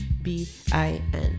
B-I-N